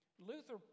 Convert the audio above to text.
Luther